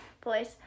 Boys